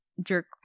jerk